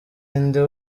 nde